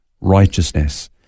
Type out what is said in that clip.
righteousness